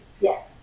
Yes